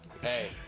Hey